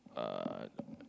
uh